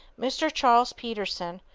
mr. charles peterson,